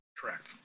Correct